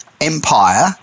empire